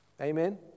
Amen